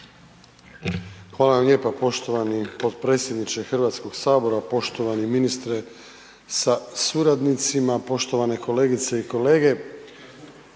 Hvala vam lijepa poštovani potpredsjedniče Hrvatskog sabora, poštovani ministre sa suradnicima, poštovane kolegice i kolege.